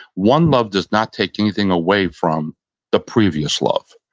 one love does not take anything away from the previous love.